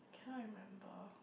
cannot remember